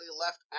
left